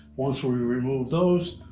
once we've removed those,